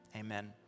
Amen